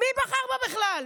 מי בחר בו בכלל?